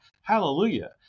Hallelujah